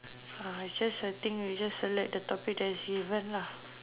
uh just I think you just select the topic that is given lah